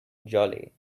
jolly